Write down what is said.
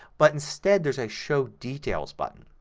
but instead there's a show details button.